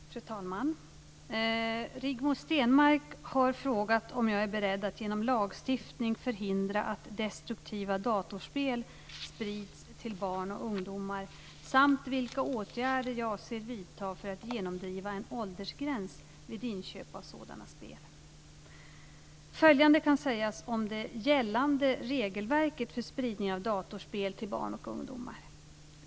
Fru talman! Rigmor Stenmark har frågat om jag är beredd att genom lagstiftning förhindra att destruktiva datorspel sprids till barn och ungdomar samt vilka åtgärder jag avser vidta för att genomdriva en åldersgräns vid inköp av sådana spel. Följande kan sägas om det gällande regelverket för spridning av datorspel till barn och ungdomar.